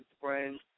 friends